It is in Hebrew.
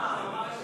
אבל למה?